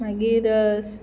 मागीर